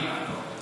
לא.